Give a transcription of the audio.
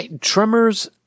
Tremors